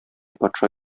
патша